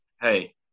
Hey